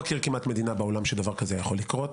אני לא מכיר כמעט מדינה בעולם שדבר כזה יכול לקרות.